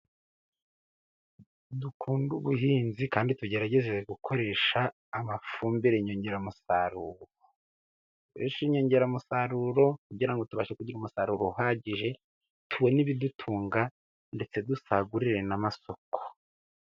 Dukunde ubuhinzi kandi tugerageze gukoresha amafumbire nyongeramusaruro. Dukoreshe inyongeramusaruro kugira ngo tubashe kugira umusaruro uhagije , tubone ibidutunga ndetse dusagurire n'amasoko.